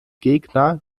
gegner